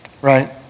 Right